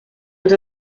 els